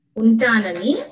untanani